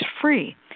free